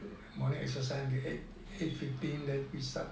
morning exercise until eight eight fifteen then we start